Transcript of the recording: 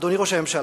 אדוני ראש הממשלה,